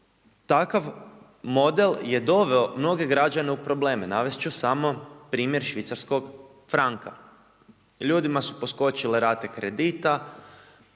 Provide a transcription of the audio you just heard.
Takav model je doveo mnoge građane u probleme. Navesti ću samo primjer švicarskog franka. Ljudima su poskočile rate kredita,